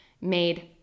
made